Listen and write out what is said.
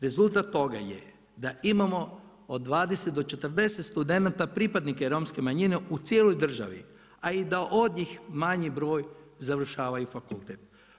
Rezultat toga je da imamo od 20 do 40 studenata pripadnike romske manjine u cijeloj državi, a da i od njih manji broj završavaju fakultet.